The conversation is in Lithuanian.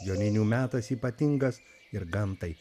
joninių metas ypatingas ir gamtai